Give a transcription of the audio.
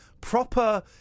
Proper